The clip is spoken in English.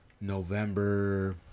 November